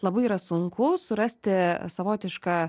labai yra sunku surasti savotišką